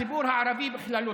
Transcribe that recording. הוא איים על הציבור הערבי בכללותו.